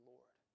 Lord